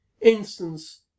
instance